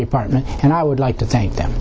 department and i would like to th